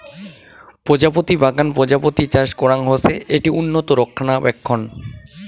প্রজাপতি বাগান প্রজাপতি চাষ করাং হসে, এটি উন্নত রক্ষণাবেক্ষণ